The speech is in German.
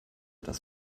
das